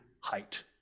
height